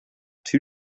two